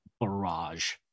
barrage